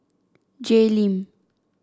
Jay Lim